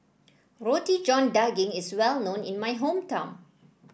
Roti John Daging is well known in my hometown